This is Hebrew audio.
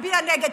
הצביעה נגד.